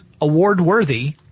award-worthy